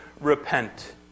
repent